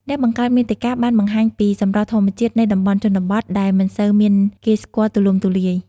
អ្នកបង្កើតមាតិកាបានបង្ហាញពី សម្រស់ធម្មជាតិនៃតំបន់ជនបទ ដែលមិនសូវមានគេស្គាល់ទូលំទូលាយ។